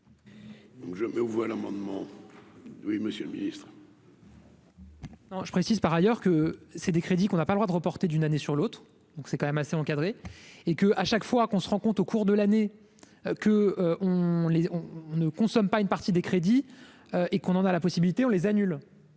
je précise par ailleurs que c'est des crédits qu'on n'a pas le droit de reporter d'une année sur l'autre, donc c'est quand même assez encadré et que, à chaque fois qu'on se rend compte au cours de l'année que on les on ne consomme pas une partie des crédits et qu'on en a la possibilité, on les annule